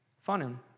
Fun